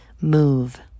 move